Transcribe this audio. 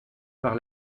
par